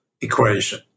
equation